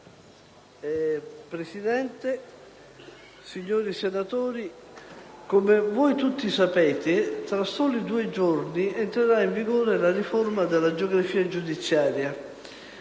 Presidente, signori senatori, come tutti voi sapete tra soli due giorni entrerà in vigore la riforma della geografia giudiziaria.